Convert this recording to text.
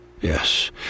Yes